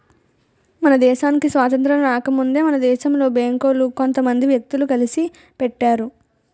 మన దేశానికి స్వాతంత్రం రాకముందే మన దేశంలో బేంకులు కొంత మంది వ్యక్తులు కలిసి పెట్టారు